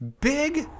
Big